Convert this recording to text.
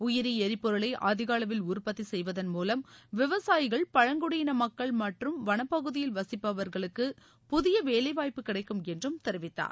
உயிரி எரிபொருளை அதிக அளவில் உற்பத்தி செய்வதள் மூலம் விவசாயிகள் பழங்குடியின மக்கள் மற்றும் வனப்பகுதியில் வசிப்பவா்களுக்கு புதிய வேலைவாய்ப்பு கிடைக்கும் என்றும் தெரிவித்தார்